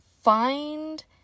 find